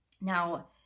now